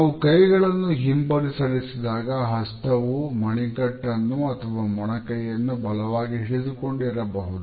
ನಾವು ಕೈಗಳನ್ನು ಹಿಂಬದಿ ಸರಿಸಿದಾಗ ಹಸ್ತವೂ ಮಣಿಕಟ್ಟನ್ನು ಅಥವಾ ಮೊಣಕೈಯನ್ನು ಬಲವಾಗಿ ಹಿಡಿದುಕೊಂಡಿರುಬಹುದು